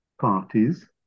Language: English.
parties